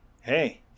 hey